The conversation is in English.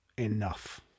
enough